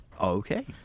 Okay